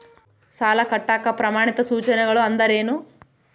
ಸಾಲ ಕಟ್ಟಾಕ ಪ್ರಮಾಣಿತ ಸೂಚನೆಗಳು ಅಂದರೇನು?